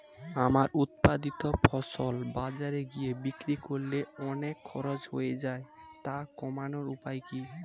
আমার উৎপাদিত ফসল বাজারে গিয়ে বিক্রি করলে অনেক খরচ হয়ে যায় তা কমানোর উপায় কি?